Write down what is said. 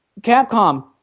Capcom